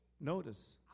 Notice